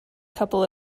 couple